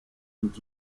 und